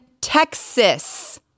Texas